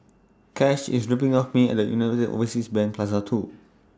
Kash IS dropping off Me At United Overseas Bank Plaza two